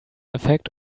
effect